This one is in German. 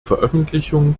veröffentlichung